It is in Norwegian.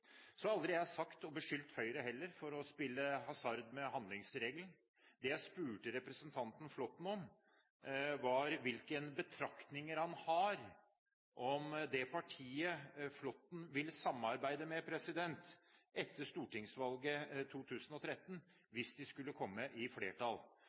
Så har jeg aldri beskyldt Høyre for å spille hasard med handlingsregelen. Det jeg spurte representanten Flåtten om, var hvilke betraktninger han har om det partiet Flåtten vil samarbeide med etter stortingsvalget i 2013,